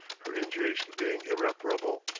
her injuries being irreparable.